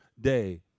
day